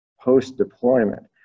post-deployment